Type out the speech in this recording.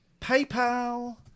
PayPal